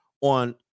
on